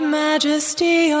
majesty